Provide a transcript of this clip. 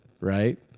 right